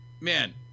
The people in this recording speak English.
Man